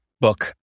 book